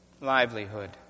livelihood